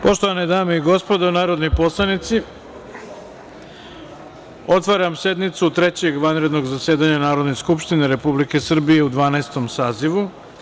Poštovane dame i gospodo narodni poslanici, otvaram sednicu Trećeg vanrednog zasedanja Narodne skupštine Republike Srbije u Dvanaestom sazivu.